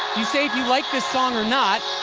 you say if you like this song or not.